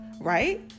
right